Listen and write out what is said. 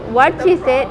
what she said